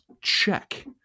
Check